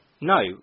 No